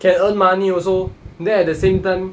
can earn money also then at the same time